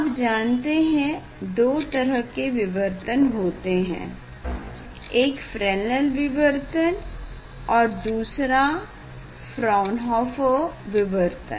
आप जानते हैं 2 तरह के विवर्तन होते हैं एक फ्रेनेल विवर्तन और दूसरा फ़्रौन्होफर विवर्तन